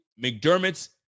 McDermott's